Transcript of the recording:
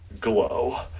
Glow